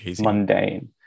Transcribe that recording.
mundane